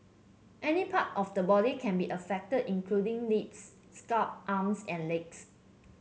any part of the body can be affected including lips scalp arms and legs